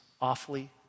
awfully